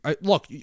look